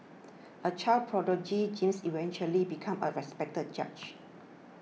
a child prodigy James eventually became a respected judge